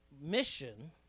Mission